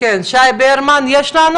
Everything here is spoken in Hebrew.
שי ברמן נמצא?